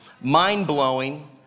Mind-blowing